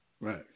Right